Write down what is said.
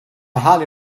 highly